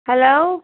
hello